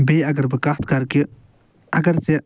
بییٚہِ اگر بہٕ کَتھ کَرٕ کہِ اگر ژےٚ